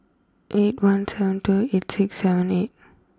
eight one seven two eight six seven eight